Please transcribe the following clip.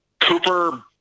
Cooper